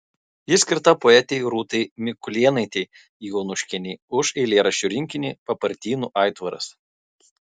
ji skirta poetei rūtai mikulėnaitei jonuškienei už eilėraščių rinkinį papartynų aitvaras